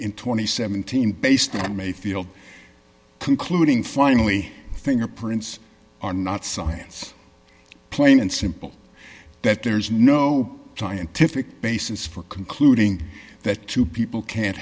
and seventeen based on mayfield concluding finally fingerprints are not science plain and simple that there is no scientific basis for concluding that two people can't